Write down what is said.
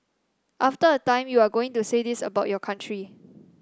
after a time you are going to say this about your country